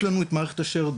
יש לנו את מערכת ה-sharedocs